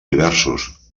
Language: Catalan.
diversos